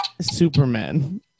Superman